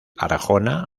arjona